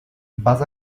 vas